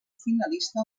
finalista